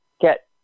get